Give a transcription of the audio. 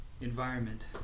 environment